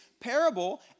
parable